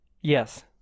Yes